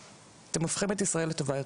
אתם הופכים את ישראל לטובה יותר,